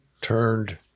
turned